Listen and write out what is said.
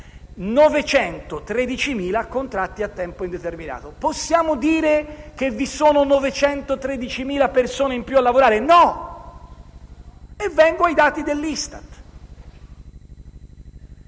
913.000 contratti a tempo indeterminato. Possiamo dire che vi sono 913.000 persone in più a lavorare? No. E vengo ai dati dell'ISTAT,